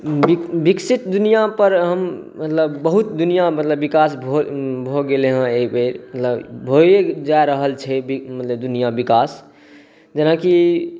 विकसित दुनिआ पर मतलब बहुत दुनिआ मतलब विकास भऽ गेलैय हँ एहिबेर मतलब भऽ ये जा रहल छै मतलब दुनिआ विकास जेनाकि